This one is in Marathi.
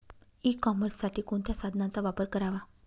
ई कॉमर्ससाठी कोणत्या साधनांचा वापर करावा?